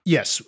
Yes